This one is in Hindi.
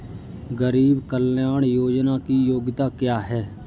गरीब कल्याण योजना की योग्यता क्या है?